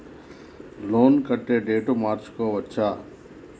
Loan కట్టే date మార్చుకోవచ్చా?